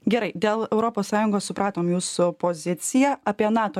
gerai dėl europos sąjungos supratom jūsų poziciją apie nato